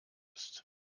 ist